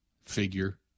figure